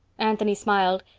anthony smiled.